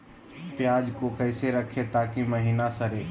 प्याज को कैसे रखे ताकि महिना सड़े?